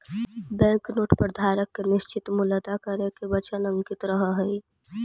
bank note पर धारक के निश्चित मूल्य अदा करे के वचन अंकित रहऽ हई